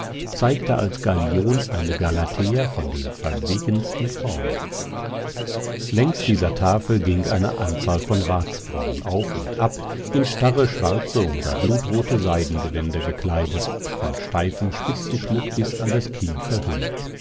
zeigte als galion eine galatea von den verwegensten formen längs dieser tafel ging eine anzahl von ratsfrauen auf und ab in starre schwarze oder blutrote seidengewänder gekleidet von steifem spitzenschmuck bis an das kinn verhüllt